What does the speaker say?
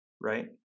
right